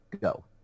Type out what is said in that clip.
go